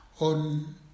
On